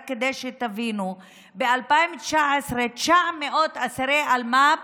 רק כדי שתבינו, 900 אסירי אלמ"ב